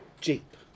jeep